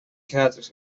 gratis